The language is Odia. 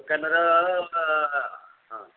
ଦୋକାନର ହଁ